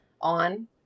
on